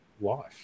life